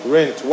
Rent